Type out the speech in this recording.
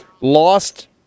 lost